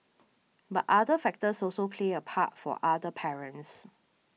but other factors also played a part for other parents